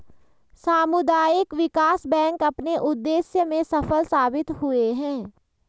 सामुदायिक विकास बैंक अपने उद्देश्य में सफल साबित हुए हैं